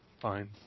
Fine